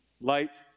light